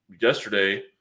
yesterday